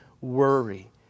worry